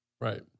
Right